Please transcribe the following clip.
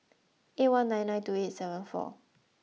eight one nine nine two eight seven four